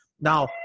now